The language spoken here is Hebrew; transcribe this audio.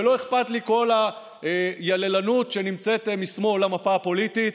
ולא אכפת לי כל היללנות שנמצאת בשמאל המפה הפוליטית,